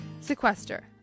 Sequester